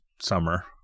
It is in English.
summer